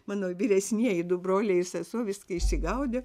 mano vyresnieji du broliai ir sesuo viską išsigaudė